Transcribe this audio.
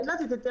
תודה.